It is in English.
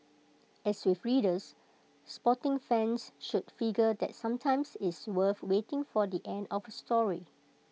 as with readers sporting fans should figure that sometimes it's worth waiting for the end of A story